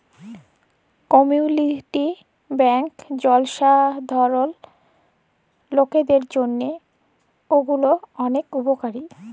community bank জলসাধারল লকদের জন্হে গুলা ওলেক উপকারী